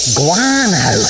guano